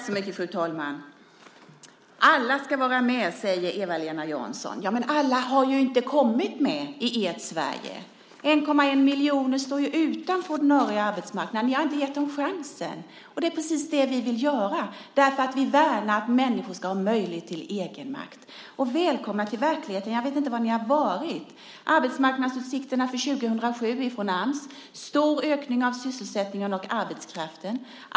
Fru talman! Alla ska vara med, säger Eva-Lena Jansson. Men alla har ju inte kommit med i ert Sverige. 1,1 miljon står ju utanför den ordinarie arbetsmarknaden. Ni har ju inte gett dem chansen. Det är precis det vi vill göra, därför att vi värnar att människor ska ha möjlighet till egenmakt. Välkomna till verkligheten! Jag vet inte var ni har varit. Arbetsmarknadsutsikterna för 2007 från Ams visar på en stor ökning av sysselsättningen och arbetskraften.